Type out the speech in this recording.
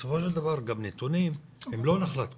בסופו של דבר גם נתונים הם לא נחלת כולם.